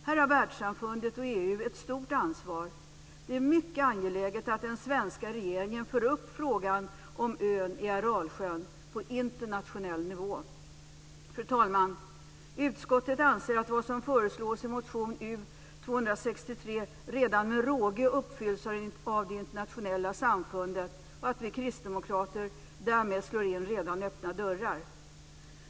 Här har världssamfundet och EU ett stort ansvar. Det är mycket angeläget att den svenska regeringen för upp frågan om ön i Aralsjön på internationell nivå. Fru talman! Utskottet anser att vad som föreslås i motion U263 redan med råge uppfylls av det internationella samfundet och att vi kristdemokrater därmed slår in redan öppna dörrar.